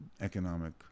economic